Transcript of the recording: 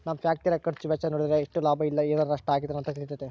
ನಮ್ಮ ಫ್ಯಾಕ್ಟರಿಯ ಖರ್ಚು ವೆಚ್ಚ ನೋಡಿದ್ರೆ ಎಷ್ಟು ಲಾಭ ಇಲ್ಲ ಏನಾರಾ ನಷ್ಟ ಆಗಿದೆನ ಅಂತ ತಿಳಿತತೆ